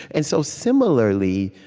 and so, similarly,